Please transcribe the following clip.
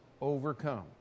overcome